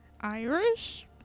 Irish